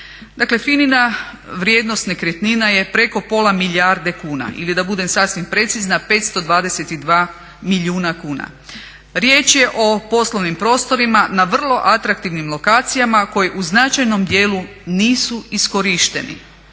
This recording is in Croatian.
FINA-ina vrijednost nekretnina je preko pola milijarde kuna ili da budem sasvim precizna 522 milijuna kuna. Riječ je o poslovnim prostorima na vrlo atraktivnim lokacijama koji u značajnom dijelu nisu iskorišteni.